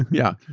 yeah,